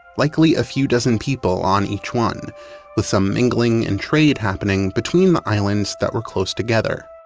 likely a few dozen people on each one with some mingling and trade happening between the islands that were close together.